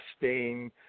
testing